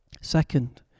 Second